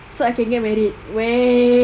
so I can get married seh